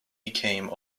became